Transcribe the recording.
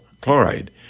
chloride